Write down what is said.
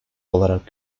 olarak